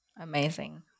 Amazing